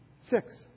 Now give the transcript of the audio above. Six